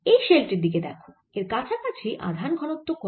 এই শেল টির দিকে দেখো এর কাছাকাছি আধান ঘনত্ব কত